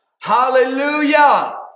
Hallelujah